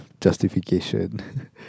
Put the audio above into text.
justification